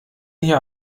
hier